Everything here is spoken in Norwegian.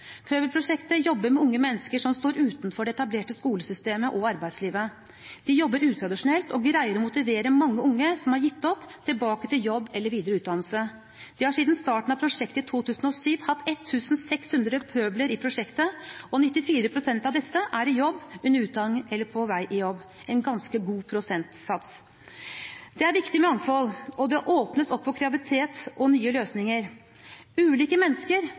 av prosjektet i 2007 hatt 1 600 pøbler i prosjektet, og 94 pst. av disse er i jobb, under utdanning eller på vei ut i jobb – en ganske god prosentsats. Det er viktig med mangfold og at det åpnes opp for kreativitet og nye løsninger. Ulike mennesker